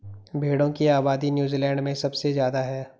भेड़ों की आबादी नूज़ीलैण्ड में सबसे ज्यादा है